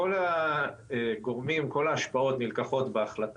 כל הגורמים, כל ההשפעות נלקחות בחשבון